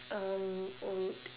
um wait